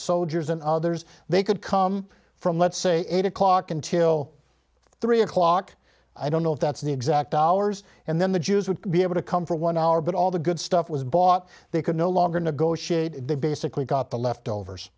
soldiers and others they could come from let's say eight o'clock until three o'clock i don't know if that's the exact hours and then the jews would be able to come for one hour but all the good stuff was bought they could no longer negotiate they basically got the leftovers